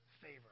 favor